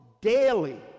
daily